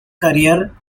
career